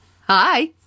Hi